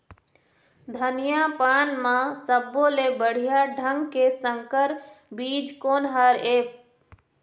धनिया पान म सब्बो ले बढ़िया ढंग के संकर बीज कोन हर ऐप?